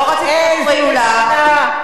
לא רצית שיפריעו לך.